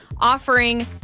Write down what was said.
Offering